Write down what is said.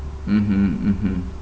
mmhmm mmhmm